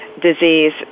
disease